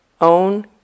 own